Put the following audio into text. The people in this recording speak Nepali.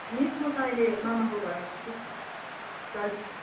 मिस म त अहिले मामाको घर आएको छु दार्जिलिङ